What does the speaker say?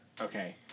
Okay